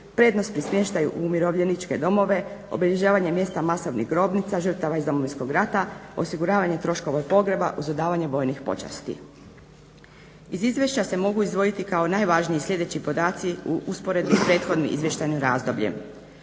prednost pri smještaju u umirovljeničke domove, obilježavanje mjesta masovnih grobnica žrtava iz Domovinskog rata, osiguravanje troškova pogreba, osiguravanje vojnih počasti. Iz izvješća se mogu izdvojiti kao najvažniji sljedeći podaci u usporedbi sa prethodnim izvještajnim razdobljem.